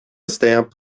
stamp